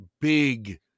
big